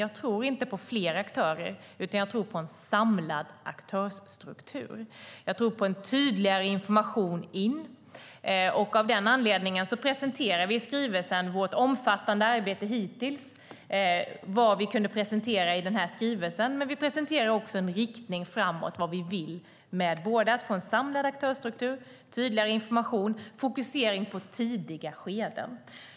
Jag tror inte på fler aktörer, utan jag tror på en samlad aktörsstruktur. Jag tror på en tydligare information in. Av den anledningen presenterar vi i skrivelsen vårt omfattande arbete hittills, vad vi kunde presentera i skrivelsen men också en riktning framåt för vad vi vill med att få en samlad aktörsstruktur, tydligare information och fokusering på tidiga skeden.